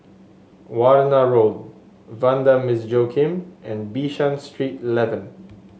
Warna Road Vanda Miss Joaquim and Bishan Street Eleven